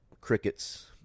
crickets